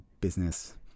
business